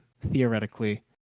theoretically